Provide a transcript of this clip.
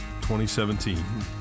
2017